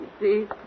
See